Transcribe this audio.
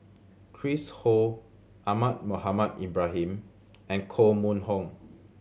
Chris Ho Ahmad Mohamed Ibrahim and Koh Mun Hong